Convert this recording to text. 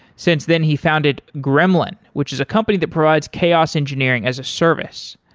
since then, he founded gremlin, which is a company that provides chaos engineering as a service.